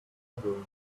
bedroom